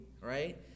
right